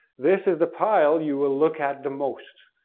this is the pile you will look at the most.